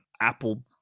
Apple